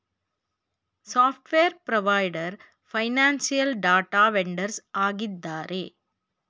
software provider, financial data vendors ಆಗಿದ್ದಾರೆ